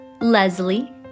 Leslie